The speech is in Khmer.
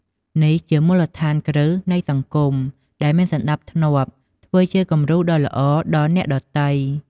នេះជាមូលដ្ឋានគ្រឹះនៃសង្គមដែលមានសណ្ដាប់ធ្នាប់ធ្វើជាគំរូដ៏ល្អដល់អ្នកដទៃ។